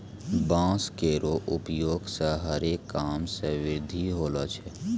बांस केरो उपयोग सें हरे काम मे वृद्धि होलो छै